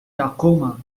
tacoma